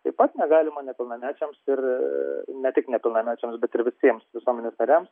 taip pat negalima nepilnamečiams ir ne tik nepilnamečiams bet ir visiems visuomenės nariams